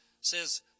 says